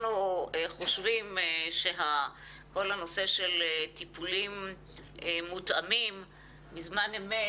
אנחנו חושבים שכל הנושא של טיפולים מותאמים בזמן אמת,